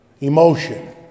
emotion